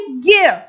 give